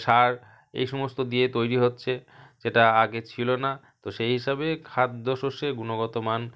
সার এই সমস্ত দিয়ে তৈরি হচ্ছে যেটা আগে ছিলো না তো সেই হিসাবে খাদ্য শস্যে গুণগতমান